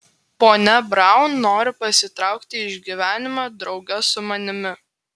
ponia braun nori pasitraukti iš gyvenimo drauge su manimi